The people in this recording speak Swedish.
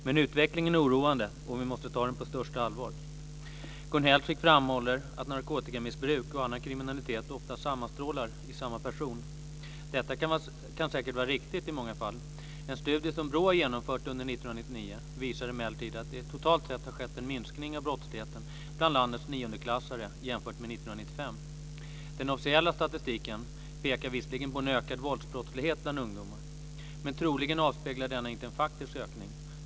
Men utvecklingen är oroande, och vi måste ta den på största allvar. Gun Hellsvik framhåller att narkotikamissbruk och annan kriminalitet ofta sammanstrålar i samma person. Detta kan säkert vara riktigt i många fall. En studie som BRÅ har genomfört under 1999 visar emellertid att det totalt sett har skett en minskning av brottsligheten bland landets niondeklassare jämfört med 1995. Den officiella statistiken pekar visserligen på en ökad våldsbrottslighet bland ungdomar, men troligen avspeglar denna inte en faktisk ökning.